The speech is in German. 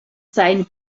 seinen